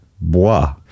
Bois